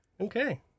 Okay